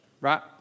right